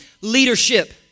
leadership